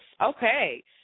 Okay